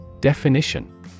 Definition